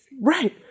right